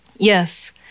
Yes